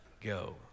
go